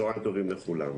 צוהריים טובים לכולם.